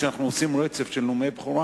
כשאנחנו עושים רצף של נאומי בכורה,